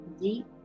deep